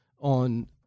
on